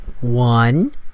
One